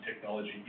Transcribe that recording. technology